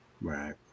Right